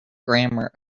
grammar